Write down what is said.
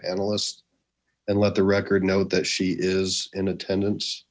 panelist and let the record note that she is in attendance